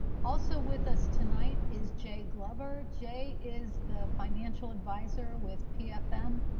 also with us tonight is jay glover. jay is the financial advisor with pfm,